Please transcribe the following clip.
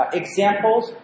examples